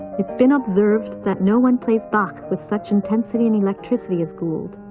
it's been observed that no one plays bach with such intensity and electricity as gould.